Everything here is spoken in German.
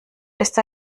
ist